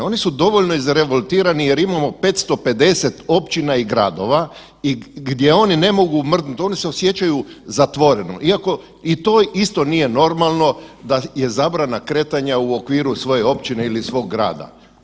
Oni su dovoljno izrevoltirani jer imamo 550 općina i gradova i gdje oni ne mogu mrdnut, oni se osjećaju zatvoreno iako i to isto nije normalno da je zabrana kretanja u okviru svoje općine ili svog grada.